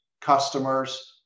customers